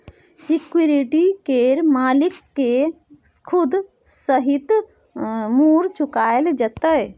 security केर मालिक केँ सुद सहित मुर चुकाएल जेतै